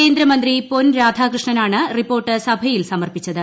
കേന്ദ്രമന്ത്രി പൊൻരാധാകൃഷ്ണനാണ് റിപ്പോർട്ട് സഭയിൽ സമർപ്പിച്ചത്